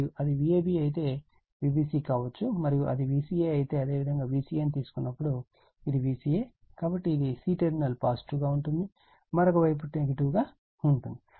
మరియు అది Vab అయితే Vbc కావచ్చు మరియు అది Vca అయితే అదేవిధంగా Vca ను తీసుకున్నప్పుడు ఇది Vca కాబట్టి ఇది c టర్మినల్ పాజిటివ్ గా ఉంటుంది మరియు మరొక వైపు నెగెటివ్ గా ఉంటుంది